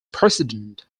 president